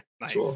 Nice